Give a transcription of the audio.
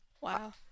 Wow